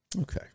Okay